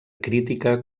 crítica